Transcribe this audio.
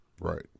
Right